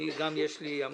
גם יש לי פריימריז,